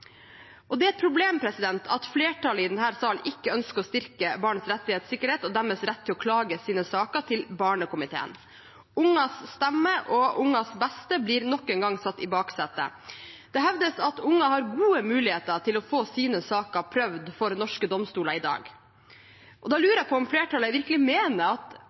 Det er et problem at flertallet i denne salen ikke ønsker å styrke barns rettssikkerhet og deres rett til å klage inn sine saker til barnekomiteen. Ungers stemme og ungers beste blir nok en gang satt i baksetet. Det hevdes at unger har gode muligheter til å få sine saker prøvd for norske domstoler i dag. Da lurer jeg på om flertallet virkelig mener at